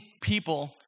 people